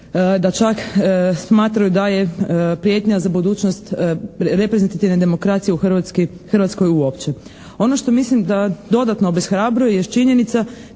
da čak smatraju da je prijetnja za budućnost reprezentativne demokracije u Hrvatskoj uopće. Ono što mislim da dodatno obeshrabruje jest činjenica